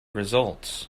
results